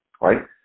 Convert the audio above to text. right